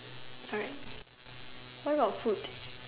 correct why got food